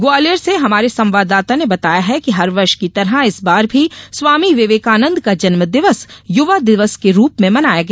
ग्वालियर से हमारे संवाददाता ने बताया है कि हर वर्ष की तरह इस बार भी स्वामी विवेकानंद का जन्म दिवस युवा दिवस के रूप में मनाया गया